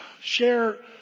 share